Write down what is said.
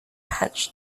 patch